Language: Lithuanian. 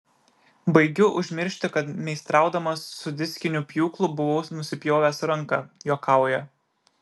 baigiu užmiršti kad meistraudamas su diskiniu pjūklu buvau nusipjovęs ranką juokauja